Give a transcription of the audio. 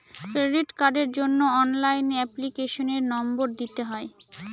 credit কার্ডের জন্য অনলাইনে এপ্লিকেশনের নম্বর দিতে হয়